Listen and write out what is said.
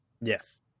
Yes